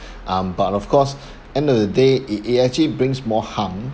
um but of course end of the day it it actually brings more harm